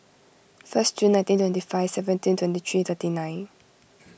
first June nineteen twenty five seventeen twenty three thirty nine